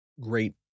great